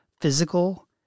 physical